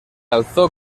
alzó